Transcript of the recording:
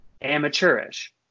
amateurish